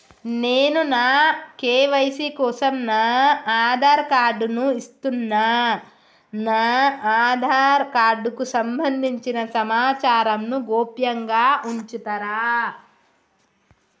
నేను నా కే.వై.సీ కోసం నా ఆధార్ కార్డు ను ఇస్తున్నా నా ఆధార్ కార్డుకు సంబంధించిన సమాచారంను గోప్యంగా ఉంచుతరా?